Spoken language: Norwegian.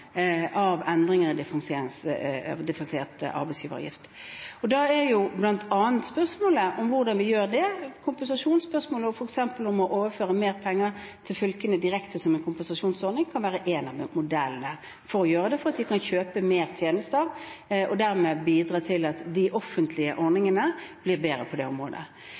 spørsmålet bl.a. hvordan vi gjør dette med kompensasjon, og f.eks. å overføre mer penger til fylkene direkte som en kompensasjonsordning kan være én av modellene. For de kan da kjøpe mer tjenester og dermed bidra til at de offentlige ordningene blir bedre på det området.